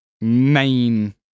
main